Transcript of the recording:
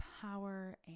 power